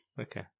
Okay